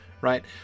right